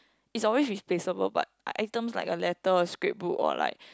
is always replaceable but items like a letter or scrapbook or like